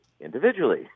individually